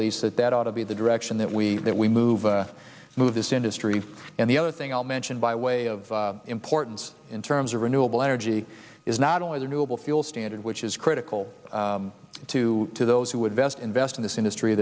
least that that ought to be the direction that we that we move to move this industry and the other thing i'll mention by way of importance in terms of renewable energy is not only the new level fuel standard which is critical to to those who invest invest in this industry